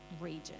region